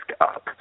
up